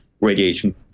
radiation